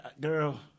girl